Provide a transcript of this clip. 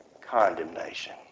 condemnation